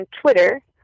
Twitter